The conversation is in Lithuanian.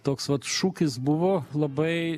toks vat šūkis buvo labai